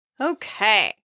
Okay